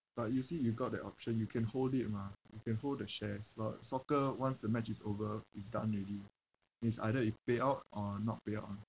but you see you got that option you can hold it mah you can hold the shares but soccer once the match is over it's done already it's either it pay out or not pay out ah